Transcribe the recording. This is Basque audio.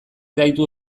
gaitu